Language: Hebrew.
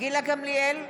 גילה גמליאל,